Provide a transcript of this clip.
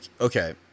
okay